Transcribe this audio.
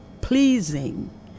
pleasing